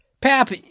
Pap